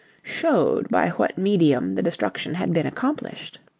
showed by what medium the destruction had been accomplished.